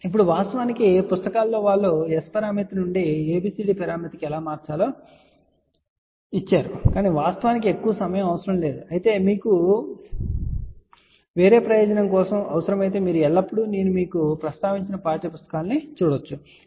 ఇప్పుడు వాస్తవానికి పుస్తకాలలో వారు S పరామితి నుండి ABCD కి ఎలా మార్చాలో కూడా ఇచ్చారు కాని వాస్తవానికి ఎక్కువ సమయం అవసరం లేదు అయితే మీకు వేరే ప్రయోజనం కోసం అవసరమైతే మీరు ఎల్లప్పుడూ నేను మీకు ప్రస్తావించిన పాఠ్యపుస్తకాలను చూడవచ్చు సరే